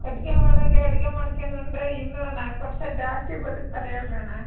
ಕಟ್ಟಿಗೆ ಒಲೆಗೆ ಅಡಿಗೆ ಮಾಡ್ಕ್ಯಂಡು ಉಂಡರೆ ಇನ್ನೂ ನಾಲ್ಕು ವರ್ಷ ಜಾಸ್ತಿ ಬದುಕ್ತಾರೆ ಹೇಳಣ್ಣ